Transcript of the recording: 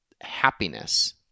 happiness